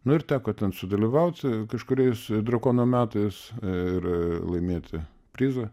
nu ir teko ten sudalyvauti kažkuriais drakono metais ir laimėti prizą